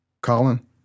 Colin